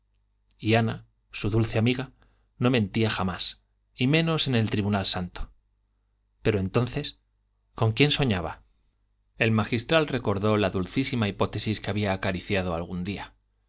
y ana su dulce amiga no mentía jamás y menos en el tribunal santo pero entonces con quién soñaba el magistral recordó la dulcísima hipótesis que había acariciado algún día